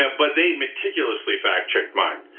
ah but they meticulously fact check mine.